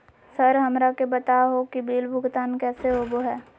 Sir हमरा के बता हो कि बिल भुगतान कैसे होबो है?